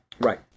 Right